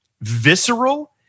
visceral